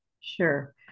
Sure